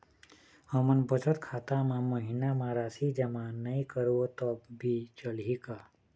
हमन बचत खाता मा महीना मा राशि जमा नई करबो तब भी चलही का?